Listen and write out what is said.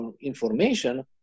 information